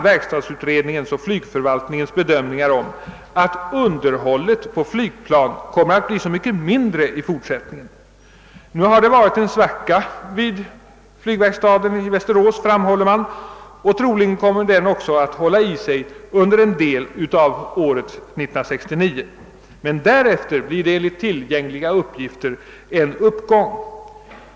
verkstadsutredningens och flygförvaltningens bedömningar att underhållet på flygplan kommer att bli så mycket mindre i fortsättningen. Nu har det varit en svacka vid verkstaden i Västerås, framhåller man, och troligen kommer denna också att hålla i sig under en del av år 1969, men därefter blir det enligt tillgängliga uppgifter en uppgång.